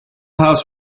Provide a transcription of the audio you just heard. house